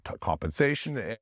compensation